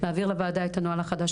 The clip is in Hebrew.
להעביר לוועדה את הנוהל החדש,